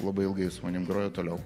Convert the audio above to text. labai ilgai su manim groja toliau